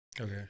Okay